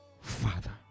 Father